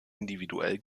individuell